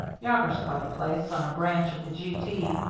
yawger's quite a place, on a branch of the g. t.